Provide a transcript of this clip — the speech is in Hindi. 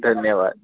धन्यवाद